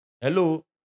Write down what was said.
hello